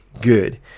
good